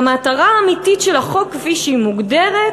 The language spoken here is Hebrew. והמטרה האמיתית של החוק, כפי שהיא מוגדרת,